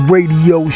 Radio